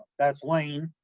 that's lane.